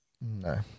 No